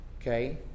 okay